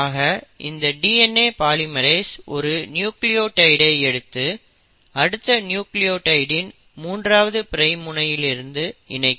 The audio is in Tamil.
ஆக இந்த DNA பாலிமெரேஸ் ஒரு நியூக்ளியோடைட் ஐ எடுத்து அடுத்த நியூக்ளியோடைடின் 3 ஆவது பிரைம் முனையில் இணைக்கும்